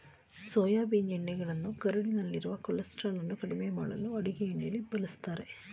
soybean ಎಣ್ಣೆಯನ್ನು ಕರುಳಿನಲ್ಲಿರುವ ಕೊಲೆಸ್ಟ್ರಾಲನ್ನು ಕಡಿಮೆ ಮಾಡಲು ಅಡುಗೆಯಲ್ಲಿ ಬಳ್ಸತ್ತರೆ